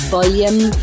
Volume